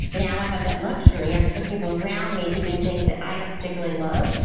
now i have that luxury. i can put people around me to do things that i don't particularly love,